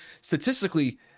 statistically